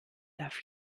darf